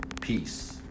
peace